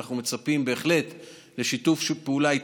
שאנחנו מצפים בהחלט לשיתוף פעולה איתכם,